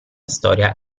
storia